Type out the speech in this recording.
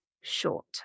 short